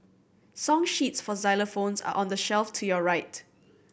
song sheets for xylophones are on the shelf to your right